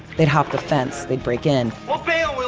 they'd hop the fence, they'd break in we'll